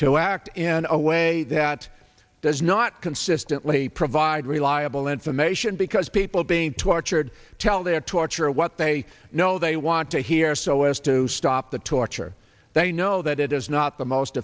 to act in a way that does not consistently provide reliable information because people being tortured tell their torture what they know they want to hear so as to stop the torture they know that it is not the most